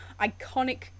iconic